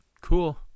cool